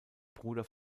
bruder